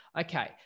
Okay